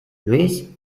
luis